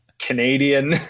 canadian